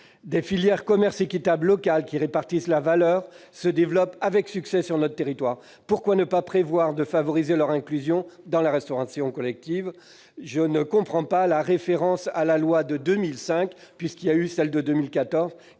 Des filières de commerce équitable locales qui répartissent la valeur se développent avec succès sur notre territoire. Pourquoi ne pas prévoir de favoriser l'inclusion de leurs produits dans la restauration collective ? Je ne comprends pas la référence à la loi de 2005, et je propose de